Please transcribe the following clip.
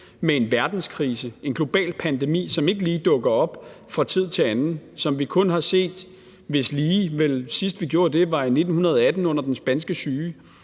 med en verdenskrise, en global pandemi, som ikke lige dukker op fra tid til anden, og hvis lige vi vel kun har set sidst i 1918 under den spanske syge.